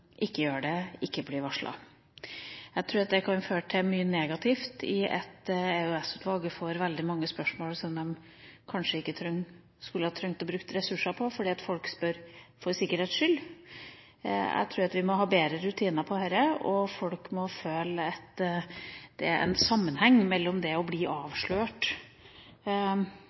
ikke gjør det, ikke blir varslet. Jeg tror det kan føre til mye negativt, for EOS-utvalget får veldig mange spørsmål som de kanskje ikke hadde trengt å bruke ressurser på, fordi folk spør for sikkerhets skyld. Jeg tror vi må ha bedre rutiner for dette, og folk må føle at det er en sammenheng mellom det å bli avslørt